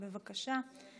בבקשה.